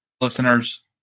listeners